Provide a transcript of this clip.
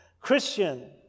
Christian